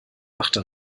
machte